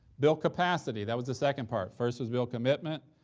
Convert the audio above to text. build capacity. that was the second part. first was build commitment,